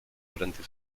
durante